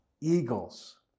eagles